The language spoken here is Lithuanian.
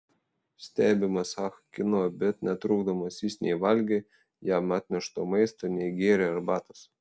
stebimas ah kino bet netrukdomas jis nei valgė jam atnešto maisto nei gėrė arbatos